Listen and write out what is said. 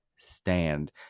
stand